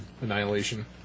Annihilation